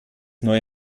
neue